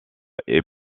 est